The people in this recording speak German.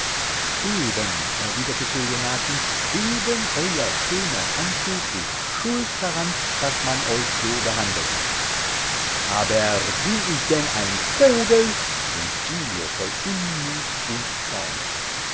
eben erwiderte celionati eben euer schöner anzug ist schuld daran daß man euch so behandelt hat aber bin ich denn ein vogel rief giglio voll unmut und zorn